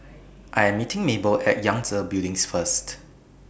I Am meeting Mable At Yangtze Building First